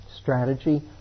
strategy